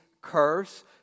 curse